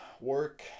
work